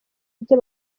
ibyo